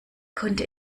konnte